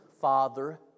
Father